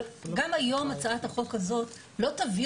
אבל גם היום הצעת החוק הזאת לא תביא